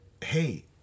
Hey